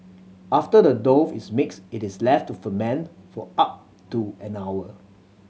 after the dough is mixed it is left to ferment for up to an hour